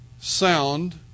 sound